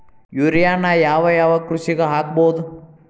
ಯೂರಿಯಾನ ಯಾವ್ ಯಾವ್ ಕೃಷಿಗ ಹಾಕ್ಬೋದ?